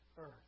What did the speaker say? earth